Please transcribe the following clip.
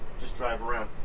just drive around.